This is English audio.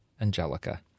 Angelica